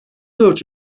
dört